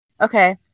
Okay